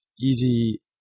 easy